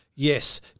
Yes